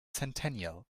centennial